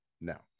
now